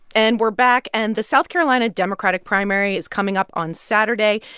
and we're back. and the south carolina democratic primary is coming up on saturday.